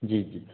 जी जी सर